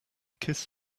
kiss